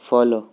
follow